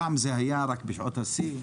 פעם זה היה רק בשעות השיא.